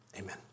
amen